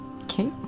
Okay